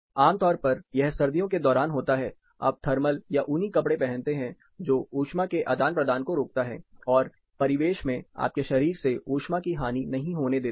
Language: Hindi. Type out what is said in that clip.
आमतौर पर यह सर्दियों के दौरान होता है आप थर्मल या ऊनी कपड़े पहनते हैं जो उष्मा के आदान प्रदान को रोकता है और परिवेश में आपके शरीर से ऊष्मा की हानि नहीं होने देता है